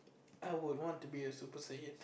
I would want to be a super cyan